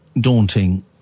daunting